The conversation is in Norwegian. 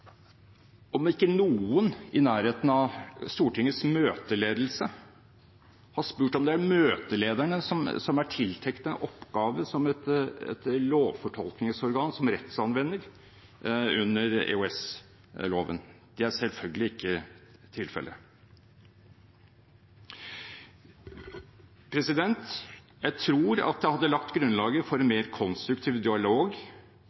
om ikke noen i nærheten av Stortingets møteledelse har spurt om det er møtelederne som er tiltenkt en oppgave som et lovfortolkningsorgan, som rettsanvendere under EOS-loven. Det er selvfølgelig ikke tilfellet. Jeg tror at det ville ha lagt grunnlaget for en mer konstruktiv dialog